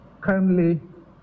Currently